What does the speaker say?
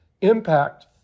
impact